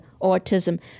autism